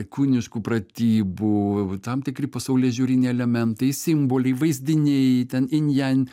kūniškų pratybų tam tikri pasaulėžiūriniai elementai simboliai vaizdiniai ten in jan